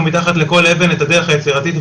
לשם כל הדברים של בן אדם אחד על כמות קטנה של אנשים.